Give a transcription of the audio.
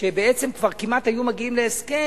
כשבעצם כבר כמעט הגיעו להסכם,